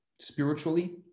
spiritually